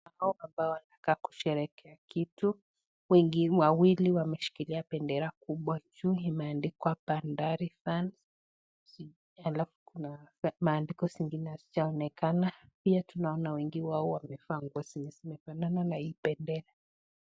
Watu hao ambao wanakaa kusherehekwa kitu , wengi wawili wakiwa wameshikilia bendera kubwa juu imeadikwa bandari fans , alafu kuna maandiko zingine ambazo hazijaonekana, pia tunaoana wengi wao wamevaa nguo zenye zimefanana na hii bendera.